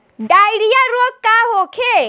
Diarrhoea रोग का होखे?